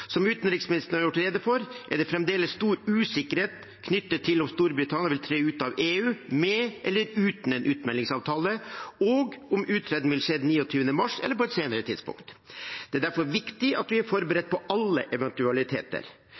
Som utenriksministeren har gjort rede for, er det fremdeles stor usikkerhet knyttet til om Storbritannia vil tre ut av EU, med eller uten en utmeldingsavtale, og om uttreden vil skje den 29. mars eller på et senere tidspunkt. Det er derfor viktig at vi er forberedt på alle